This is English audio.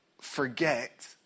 forget